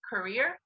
career